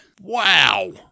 Wow